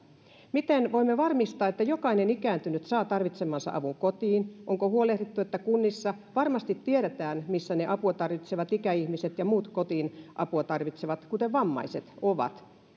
miten voimme varmistaa että jokainen ikääntynyt saa tarvitsemansa avun kotiin onko huolehdittu että kunnissa varmasti tiedetään missä ne apua tarvitsevat ikäihmiset ja muut kotiin apua tarvitsevat kuten vammaiset ovat